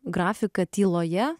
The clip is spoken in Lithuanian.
grafiką tyloje